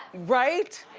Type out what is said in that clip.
right?